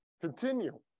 continue